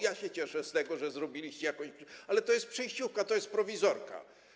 Ja się cieszę z tego, że zrobiliście coś, ale to jest przejściówka, to jest prowizorka.